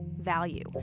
value